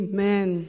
Amen